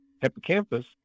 hippocampus